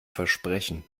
versprechen